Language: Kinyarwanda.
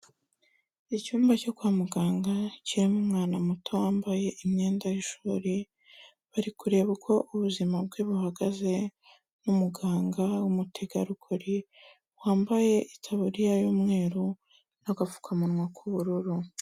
Icyumba cyo kwa muganga kirimo umwana muto wambaye imyenda y'ishuri, bari kureba uko ubuzima bwe buhagaze ni umuganga w'umutegarugori wambaye itaburiya y'umweru n'agapfukamunwa k'ubururu.